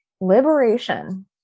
liberation